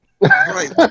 Right